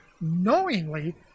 knowingly